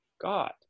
God